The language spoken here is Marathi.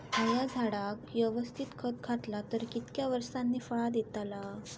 हया झाडाक यवस्तित खत घातला तर कितक्या वरसांनी फळा दीताला?